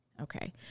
Okay